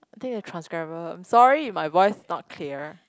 I think the transcriber I'm sorry if my voice is not clear